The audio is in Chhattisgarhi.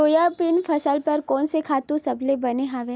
सोयाबीन फसल बर कोन से खातु सबले बने हवय?